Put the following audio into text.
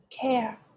care